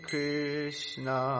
Krishna